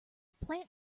plant